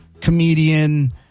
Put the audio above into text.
comedian